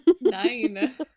Nine